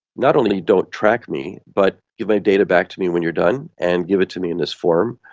not only don't track me but give my data back to me when you are done and give it to me in this form,